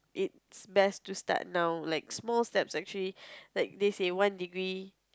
it's best to start now like small steps actually that this is one degree